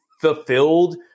fulfilled